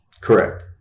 Correct